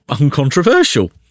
uncontroversial